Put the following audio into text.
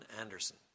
Anderson